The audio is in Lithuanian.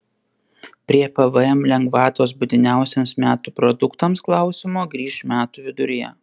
prie pvm lengvatos būtiniausiems metų produktams klausimo grįš metų viduryje